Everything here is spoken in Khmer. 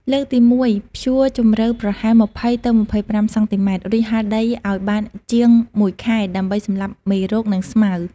លើកទី១ ភ្ជួរជំរៅប្រហែល ២០ ទៅ ២៥ សង់ទីម៉ែត្រ រួចហាលដីឲ្យបានជាង ១ ខែ ដើម្បីសម្លាប់មេរោគ និងស្មៅ។